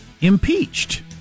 impeached